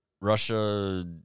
Russia